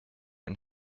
ein